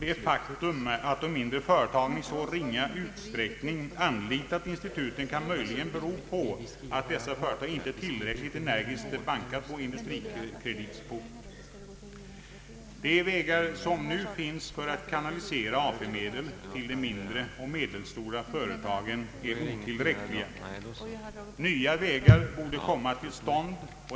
Det faktum att de mindre företagen i så ringa utsträckning anlitat instituten kan möjligen bero på att dessa företag inte tillräckligt energiskt bankat på AB Industrikredits port. De vägar som nu finns för att kanalisera AP-medel till de mindre och medelstora företagen är otillräckliga. Nya vägar borde komma till stånd.